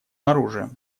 оружием